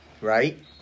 right